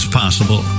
possible